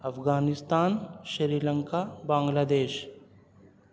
افغانستان شری لنکا بنگلا دیش